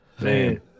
Man